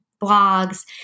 blogs